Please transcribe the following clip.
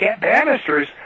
Bannisters